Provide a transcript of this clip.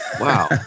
Wow